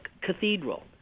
Cathedral